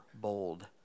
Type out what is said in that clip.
bold